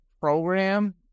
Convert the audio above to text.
program